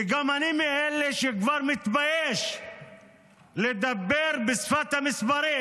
וגם אני מאלה שכבר מתביישים לדבר בשפת המספרים: